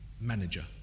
Manager